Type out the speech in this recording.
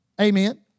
Amen